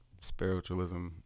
spiritualism